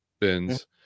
bins